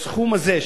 בסכום הזה,